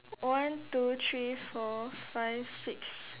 one two three four five six